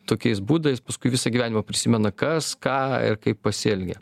tokiais būdais paskui visą gyvenimą prisimena kas ką ir kaip pasielgė